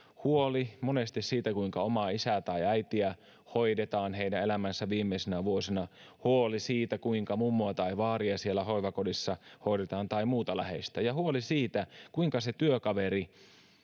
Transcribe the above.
huoli siitä kuinka omaa isää tai äitiä hoidetaan heidän elämänsä viimeisinä vuosina huoli siitä kuinka mummoa tai vaaria siellä hoivakodissa hoidetaan tai muuta läheistä ja huoli siitä kuinka se työkaveri